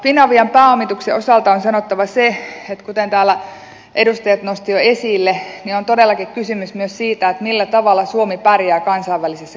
finavian pääomituksen osalta on sanottava se kuten täällä edustajat nostivat jo esille että on todellakin kysymys myös siitä millä tavalla suomi pärjää kansainvälisessä kilpailussa